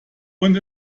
und